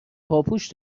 پاپوش